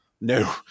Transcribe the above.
No